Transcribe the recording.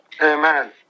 Amen